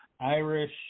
Irish